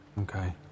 Okay